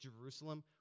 Jerusalem